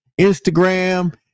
Instagram